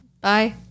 Bye